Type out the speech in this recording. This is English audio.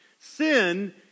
Sin